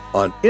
on